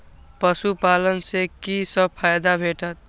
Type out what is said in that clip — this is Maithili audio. पशु पालन सँ कि सब फायदा भेटत?